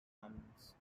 commons